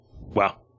Wow